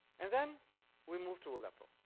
and then we move to aleppo.